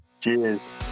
Cheers